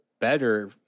better